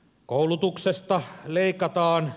koulutuksesta leikataan